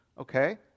Okay